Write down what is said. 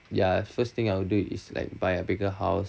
ya first thing I'll do is to buy a bigger house